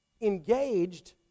Engaged